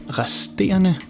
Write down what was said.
resterende